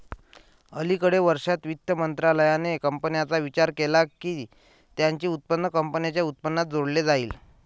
अलिकडे वर्षांत, वित्त मंत्रालयाने कंपन्यांचा विचार केला की त्यांचे उत्पन्न कंपनीच्या उत्पन्नात जोडले जाईल